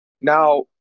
Now